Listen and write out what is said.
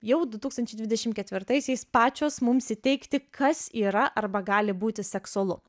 jau du tūkstančiai dvidešimt ketvirtaisiais pačios mums įteigti kas yra arba gali būti seksualu